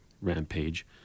rampage